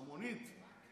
עם המונית?